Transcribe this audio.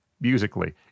musically